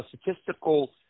statistical